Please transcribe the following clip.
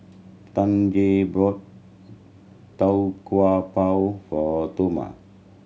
Tanja bought Tau Kwa Pau for Toma